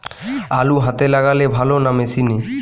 আলু হাতে লাগালে ভালো না মেশিনে?